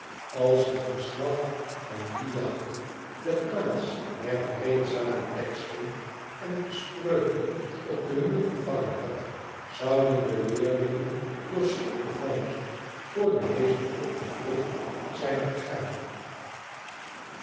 als en verslag van die jacht de plaats der vreedzame teksten en de spreuken op den muur vervangen had zouden de leerlingen door schrik bevangen voor den meester op de vlucht zijn gegaan